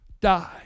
die